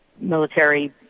military